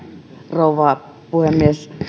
rouva puhemies